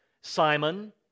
Simon